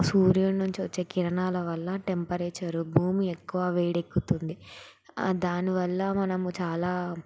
సూర్యుని నుంచి వచ్చే కిరణాల వల్ల టెంపరేచరు భూమి ఎక్కువ వేడెక్కుతుంది దానివల్ల మనము చాలా